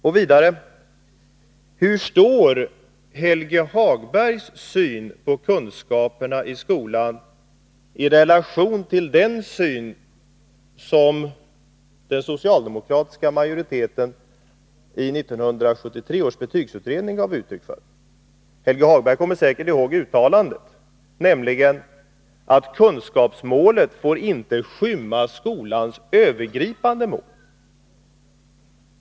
Och vidare: Hur står Helge Hagbergs syn på kunskaperna i skolan i relation till den syn som den socialdemokratiska majoriteten i 1973 års betygsutredning gav uttryck för? Helge Hagberg kommer säkert ihåg uttalandet, nämligen att kunskapsmålet får inte skymma skolans övergripande mål.